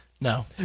No